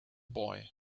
boy